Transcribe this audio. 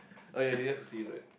oh ya you have to see it right